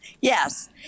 yes